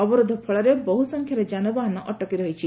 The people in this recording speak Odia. ଅବରୋଧ ଫଳରେ ବହ ସଂଖ୍ୟାରେ ଯାନବାହନ ଅଟକି ରହିଛି